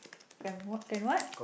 can w~ can what